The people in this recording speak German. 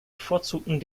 bevorzugten